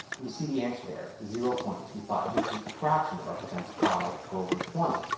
and we see the answer there zero point two five which is the fraction that represents five over twenty.